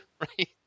Right